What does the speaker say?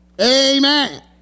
Amen